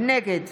נגד